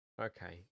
Okay